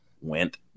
went